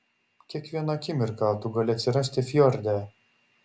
kiekvieną akimirką tu gali atsirasti fjorde